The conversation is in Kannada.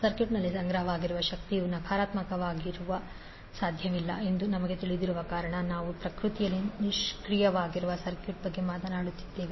ಸರ್ಕ್ಯೂಟ್ನಲ್ಲಿ ಸಂಗ್ರಹವಾಗಿರುವ ಶಕ್ತಿಯು ನಕಾರಾತ್ಮಕವಾಗಿರಲು ಸಾಧ್ಯವಿಲ್ಲ ಎಂದು ನಮಗೆ ತಿಳಿದಿರುವ ಕಾರಣ ನಾವು ಪ್ರಕೃತಿಯಲ್ಲಿ ನಿಷ್ಕ್ರಿಯವಾಗಿರುವ ಸರ್ಕ್ಯೂಟ್ ಬಗ್ಗೆ ಮಾತನಾಡುತ್ತಿದ್ದೇವೆ